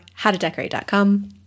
howtodecorate.com